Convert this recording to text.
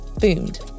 boomed